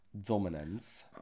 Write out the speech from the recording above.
dominance